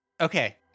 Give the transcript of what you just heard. okay